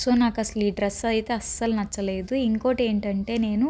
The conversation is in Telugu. సో నాకు అసలు ఈ డ్రెస్ అయితే అస్సలు నచ్చలేదు ఇంకోకటి ఏంటంటే నేను